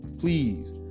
please